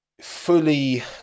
fully